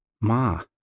ma